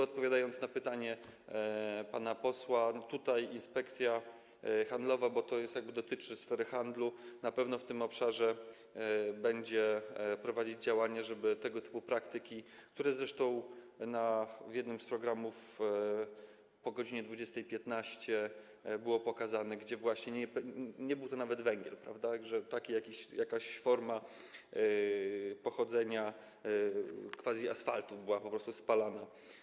Odpowiadając na pytanie pana posła, Inspekcja Handlowa, bo to dotyczy sfery handlu, na pewno w tym obszarze będzie prowadzić działania, żeby tego typu praktyki, które zresztą w jednym z programów po godz. 20.15 były pokazane, gdzie właśnie nie był to nawet węgiel, prawda, taka jakaś forma pochodzenia quasi-asfaltu była po prostu spalana.